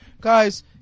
guys